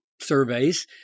surveys